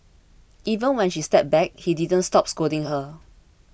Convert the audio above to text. even when she stepped back he didn't stop scolding her